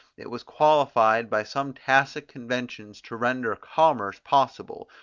it was qualified by some tacit conventions to render commerce possible,